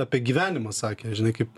apie gyvenimą sakė žinai kaip